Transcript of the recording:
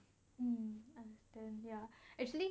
mm and then ya actually